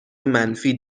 منفی